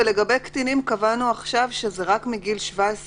ולגבי קטינים קבענו עכשיו שזה רק מגיל 17 ומעלה,